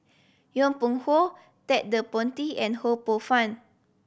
Yong Pung How Ted De Ponti and Ho Poh Fun